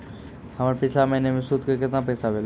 हमर पिछला महीने के सुध के केतना पैसा भेलौ?